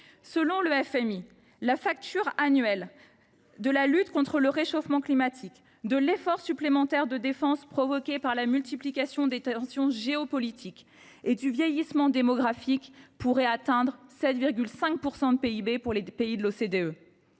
Selon le FMI, le coût de la lutte contre le réchauffement climatique, de l’effort supplémentaire de défense, rendu nécessaire par l’accroissement des tensions géopolitiques et du vieillissement démographique, pourrait atteindre 7,5 % du PIB pour les pays de l’OCDE.